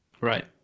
Right